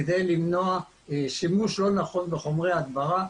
כדי למנוע שימוש לא נכון בחומרי הדברה,